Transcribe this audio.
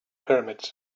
pyramids